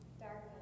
Darkness